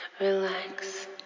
relax